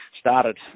started